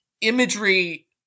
imagery